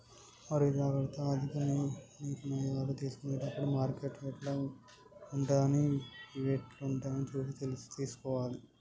మరి జాగ్రత్త ఆర్థిక నిర్ణయాలు తీసుకునేటప్పుడు మార్కెట్ యిట్ల ఉంటదని ఈవెంట్లను చూసి తీసుకోవాలి